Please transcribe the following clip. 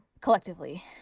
collectively